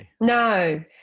No